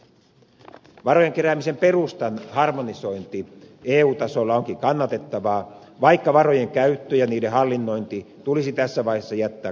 varojen keräämisen perustan harmonisointi eu tasolla onkin kannatettavaa vaikka varojen käyttö ja niiden hallinnointi tulisi tässä vaiheessa jättää kansalliseen harkintaan